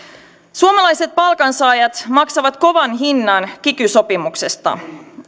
suomalaiset palkansaajat maksavat kovan hinnan kiky sopimuksesta